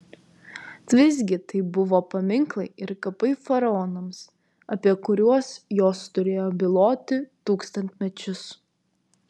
visgi tai buvo paminklai ir kapai faraonams apie kuriuos jos turėjo byloti tūkstantmečius